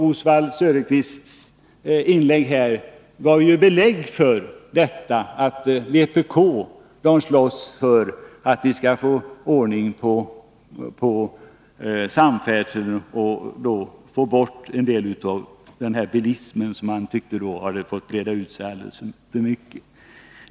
Oswald Söderqvists inlägg gav också belägg för att vpk slåss för att vi skall få ordning på samfärdseln och få bort en del av bilismen, som man tycker fått breda ut sig alldeles för mycket.